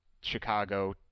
Chicago